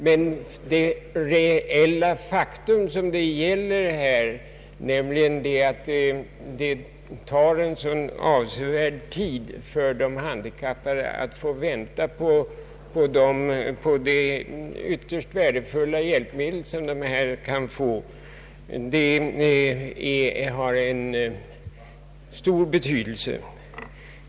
Men det faktum att de handikappade får vänta avsevärd tid på ett så ytterst värdefullt hjälpmedel har stor betydelse.